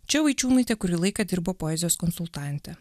čia vaičiūnaitė kurį laiką dirbo poezijos konsultante